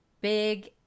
big